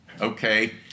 okay